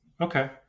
Okay